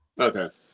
Okay